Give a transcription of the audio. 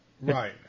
Right